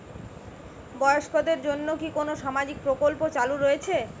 বয়স্কদের জন্য কি কোন সামাজিক প্রকল্প চালু রয়েছে?